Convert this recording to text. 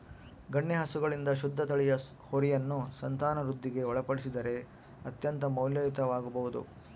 ಗಣ್ಯ ಹಸುಗಳಿಂದ ಶುದ್ಧ ತಳಿಯ ಹೋರಿಯನ್ನು ಸಂತಾನವೃದ್ಧಿಗೆ ಒಳಪಡಿಸಿದರೆ ಅತ್ಯಂತ ಮೌಲ್ಯಯುತವಾಗಬೊದು